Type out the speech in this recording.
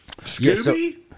Scooby